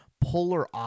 polar